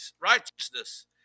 righteousness